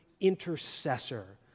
intercessor